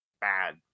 bad